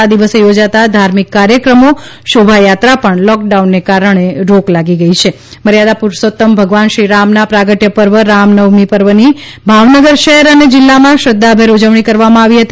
આ દિવસે ચોજાતા ધાર્મિક કાર્યક્રમો શોભાયાત્રા પર લોકડાઉન ને કારણે રોક લાગી ગઈ છે મર્યાદા પુરૂષોત્તમ ભગવાન શ્રીરામના પ્રાગટય પર્વ રામનવમી પર્વની ભાવનગર શહેર અને જિલ્લામાં શ્રદ્વાલેર ઉજવણી કરવામાં આવી હતી